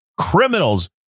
criminals